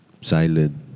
silent